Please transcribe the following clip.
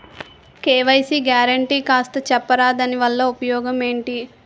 KYC guarantee కాస్త చెప్తారాదాని వల్ల ఉపయోగం ఎంటి?